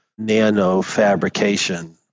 nanofabrication